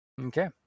Okay